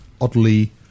oddly